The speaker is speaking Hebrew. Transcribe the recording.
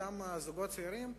אותם זוגות צעירים,